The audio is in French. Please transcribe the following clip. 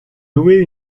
loué